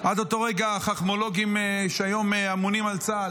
עד אותו רגע החכמולוגים שהיום אמונים על צה"ל